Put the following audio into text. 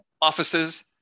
offices